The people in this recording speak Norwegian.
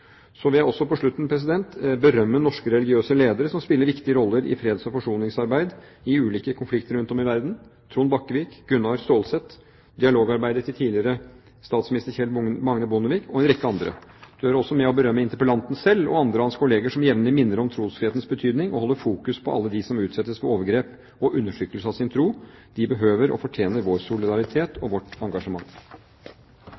Så vil jeg på slutten berømme norske religiøse ledere som spiller viktige roller i freds- og forsoningsarbeid i ulike konflikter rundt om i verden: Trond Bakkevig, Gunnar Stålsett, tidligere statsminister Kjell Magne Bondevik og dialogarbeidet hans og en rekke andre. Det hører også med å berømme interpellanten selv og andre av hans kolleger som jevnlig minner om trosfrihetens betydning og holder fokus på alle dem som utsettes for overgrep og undertrykkelse av sin tro. De behøver og fortjener vår solidaritet